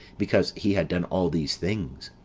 because he had done all these things,